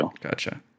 gotcha